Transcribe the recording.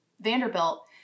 Vanderbilt